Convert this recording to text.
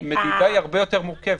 מדידה היא הרבה יותר מורכבת.